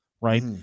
Right